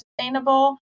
sustainable